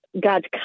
God's